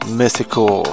mythical